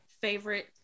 favorite